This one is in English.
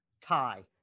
Tie